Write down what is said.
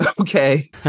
Okay